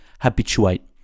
habituate